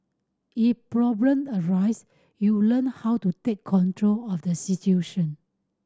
if problem arise you learn how to take control of the situation